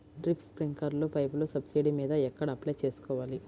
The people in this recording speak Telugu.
డ్రిప్, స్ప్రింకర్లు పైపులు సబ్సిడీ మీద ఎక్కడ అప్లై చేసుకోవాలి?